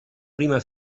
prima